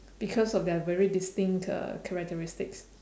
because of their very distinct uh characteristics